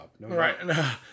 Right